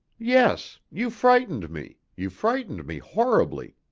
yes. you frightened me you frightened me horribly.